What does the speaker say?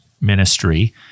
ministry